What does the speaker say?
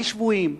הכי שבויים,